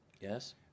Yes